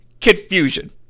Confusion